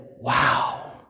wow